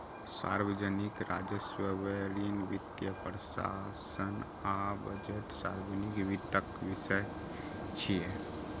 सार्वजनिक राजस्व, व्यय, ऋण, वित्तीय प्रशासन आ बजट सार्वजनिक वित्तक विषय छियै